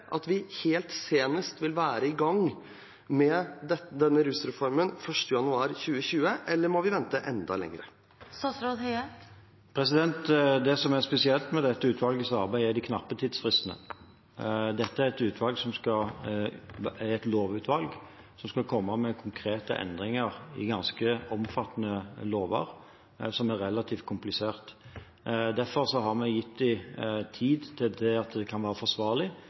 at vi helt senest vil være i gang med denne rusreformen 1. januar 2020, eller må vi vente enda lenger? Det som er spesielt med dette utvalgets arbeid, er de knappe tidsfristene. Dette er et lovutvalg som skal komme med konkrete endringer i ganske omfattende lover som er relativt kompliserte. Derfor har vi gitt dem tid nok til at det kan være forsvarlig,